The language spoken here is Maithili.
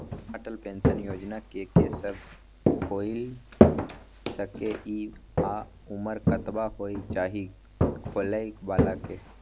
अटल पेंशन योजना के के सब खोइल सके इ आ उमर कतबा होय चाही खोलै बला के?